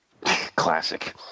Classic